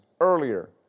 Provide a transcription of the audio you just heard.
earlier